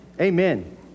amen